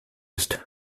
ist